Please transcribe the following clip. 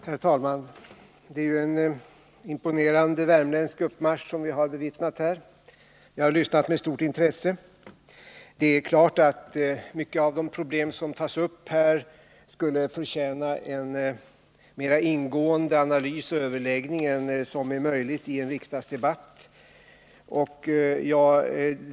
Herr talman! Vi har ju bevittnat en imponerande värmländsk uppmarsch här. Jag har lyssnat med stort intresse. Det är klart att många av de problem som tas upp förtjänar en mera ingående analys och överläggning än vad som är möjlig i en riksdagsdebatt.